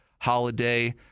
holiday